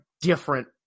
different